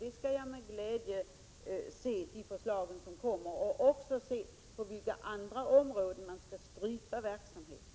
Jag skall med glädje se de förslag som kommer och också se på vilka andra områden man skall strypa verksamheten.